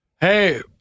Hey